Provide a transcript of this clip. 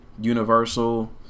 Universal